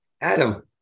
Adam